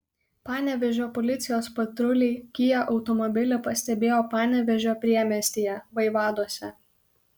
panevėžio policijos patruliai kia automobilį pastebėjo panevėžio priemiestyje vaivaduose